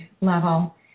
level